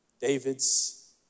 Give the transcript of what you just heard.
David's